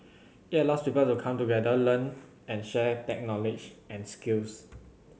it allows people to come together learn and share tech knowledge and skills